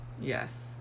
Yes